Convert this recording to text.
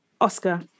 Oscar